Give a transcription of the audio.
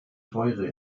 teure